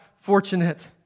fortunate